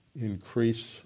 increase